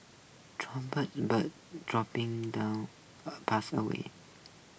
bird droppings down pathways